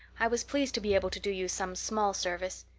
i was pleased to be able to do you some small service.